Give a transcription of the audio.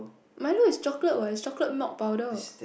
Milo is chocolate what it's chocolate malt powder